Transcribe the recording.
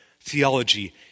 theology